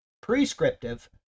prescriptive